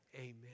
amen